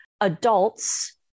adults